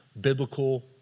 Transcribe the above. biblical